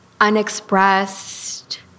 unexpressed